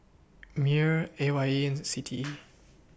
Mewr A Y E and C T E